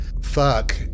Fuck